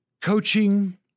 Coaching